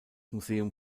museum